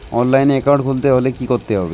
অনলাইনে একাউন্ট খুলতে হলে কি করতে হবে?